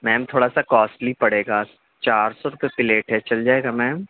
میم تھوڑا سا کاسٹلی پڑے گا چار سو روپے پلیٹ ہے چل جائے گا میم